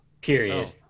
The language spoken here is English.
Period